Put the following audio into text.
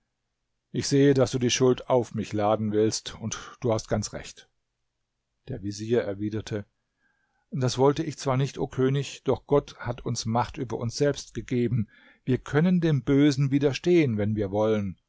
ich sehe daß du die schuld auf mich laden willst und du hast ganz recht der vezier erwiderte das wollte ich zwar nicht o könig doch gott hat uns macht über uns selbst gegeben wir können dem bösen widerstehen wenn wir wollen